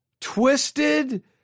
twisted